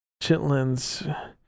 Chitlins